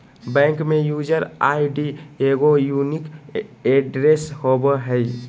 bank में user ID एगो unique address होबो हइ